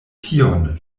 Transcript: tion